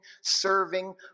serving